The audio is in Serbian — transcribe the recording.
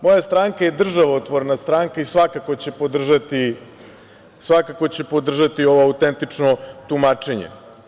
Moja stranka je državotvorna stranka i svakako će podržati ovo autentično tumačenje.